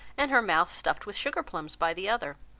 and her mouth stuffed with sugar plums by the other.